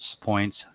points